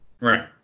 Right